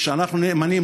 שאנחנו נאמנים,